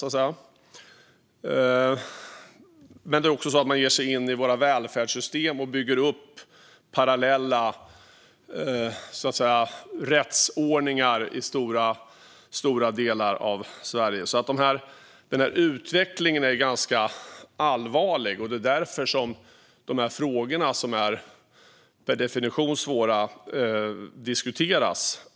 Brottsligheten ger sig också in i våra välfärdssystem och bygger upp parallella rättsordningar i stora delar av Sverige. Utvecklingen är allvarlig, och det är därför dessa svåra frågor diskuteras.